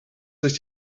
sich